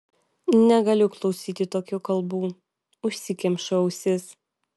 negaliu klausyti tokių kalbų užsikemšu ausis